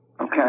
Okay